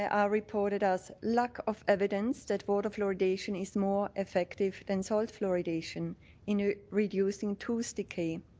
ah are reported as lack of evidence that water fluoridation is more effective than salt fluoridation in ah reducing tooth decay.